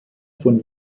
von